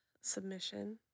submission